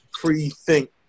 pre-think